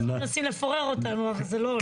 כל הזמן מנסים לפורר אותנו, אבל זה לא הולך.